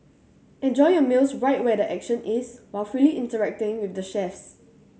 enjoy your meals right where the action is while freely interacting with the chefs